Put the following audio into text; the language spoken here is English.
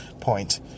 point